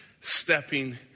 stepping